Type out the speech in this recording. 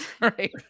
right